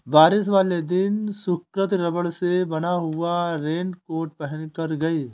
बारिश वाले दिन सुकृति रबड़ से बना हुआ रेनकोट पहनकर गई